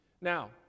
Now